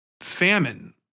famine